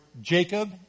Jacob